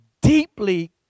deeply